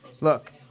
Look